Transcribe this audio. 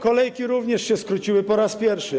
Kolejki również się skróciły po raz pierwszy.